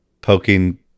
poking